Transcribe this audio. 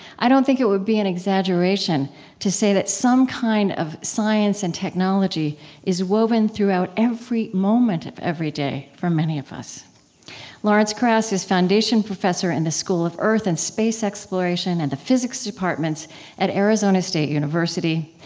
i don't think it would be an exaggeration to say that some kind of science and technology is woven throughout every moment of every day for many of us lawrence krauss is foundation professor in the school of earth and space exploration and the physics departments at arizona state university.